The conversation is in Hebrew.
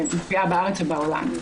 שמופיעה בארץ ובעולם.